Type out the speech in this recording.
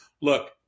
Look